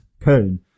Köln